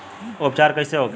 उपचार कईसे होखे?